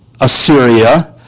Assyria